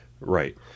Right